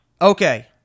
Okay